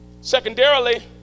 Secondarily